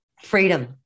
Freedom